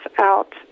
out